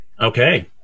Okay